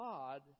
God